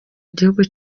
gihugu